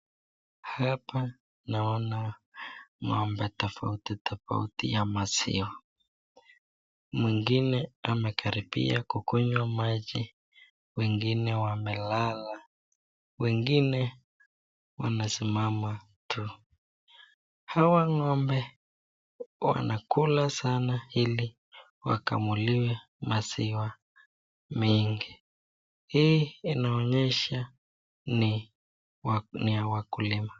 Hapa naona ng'ombe tofauti tofauti ya maziwa, mwingine amekaribia kukunywa maji wengine wamelala, wengine wamesimama tu, hawa ng'ombe wanakula sana ili wakamuliwe maziwa mingi, hii inaonyesha ni ya wakulima.